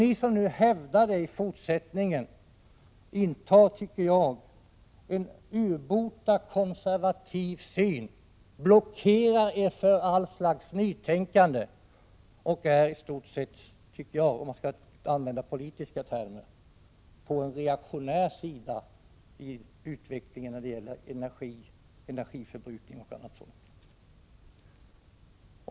Ni som i fortsättningen hävdar detta intar, tycker jag, en urbota konservativ syn och blockerar er för allt slags nytänkande och är i stort sett, för att använda en politisk term, på den reaktionära sidan av utvecklingen när det gäller energiförbrukningen.